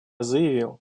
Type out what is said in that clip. заявил